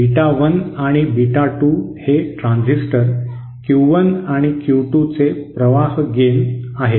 beta 1 आणि beta 2 हे transistor Q 1 आणि क्यू 2 चे प्रवाह गेन आहेत